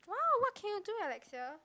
wow what can you do Alexia